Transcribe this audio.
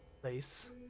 place